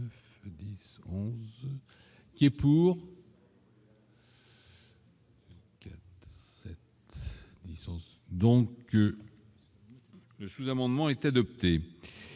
qui est pour. Donc sous-amendement est adopté,